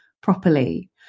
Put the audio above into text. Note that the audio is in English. properly